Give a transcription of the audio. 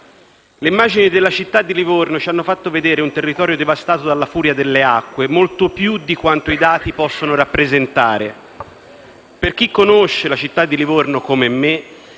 Le immagini della città di Livorno ci hanno fatto vedere un territorio devastato dalla furia delle acque, molto più di quanto i dati possono rappresentare. Per chi conosce la città di Livorno come me,